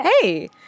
Hey